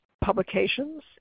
publications